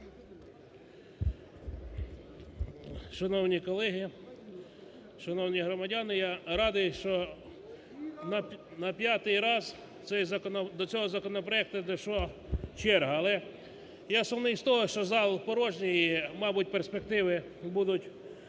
Шановні колеги, шановні громадяни, я радий, що на п'ятий раз до цього законопроекту дійшла черга. Але я сумний з того, що зал порожній і, мабуть, перспективи будуть от